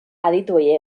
adituei